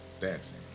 dancing